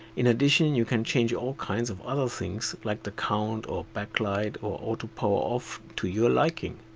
in addition, you can change all kinds of other things, like the count or backlight or auto-poweroff to your liking.